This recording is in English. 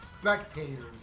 spectators